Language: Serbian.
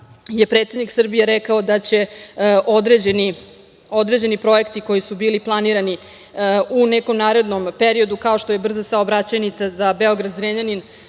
je predsednik Srbije rekao da će određeni projekti koji su bili planirani u nekomnarednom periodu, kao što je brza saobraćajnica za Beograd-Zrenjanin